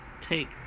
take